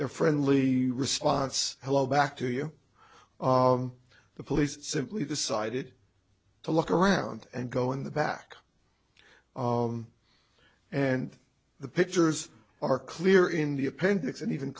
their friendly response hello back to you the police simply decided to look around and go in the back and the pictures are clear in the appendix